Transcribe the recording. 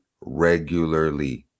regularly